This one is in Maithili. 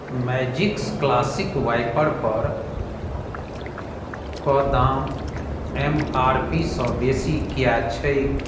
मैजिक्स क्लासिक वाइपरपर कऽ दाम एम आर पी सँ बेसी किया छैक